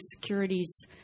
securities